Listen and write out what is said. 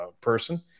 person